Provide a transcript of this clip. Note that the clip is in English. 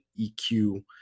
EQ